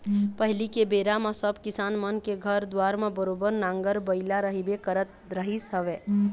पहिली के बेरा म सब किसान मन के घर दुवार म बरोबर नांगर बइला रहिबे करत रहिस हवय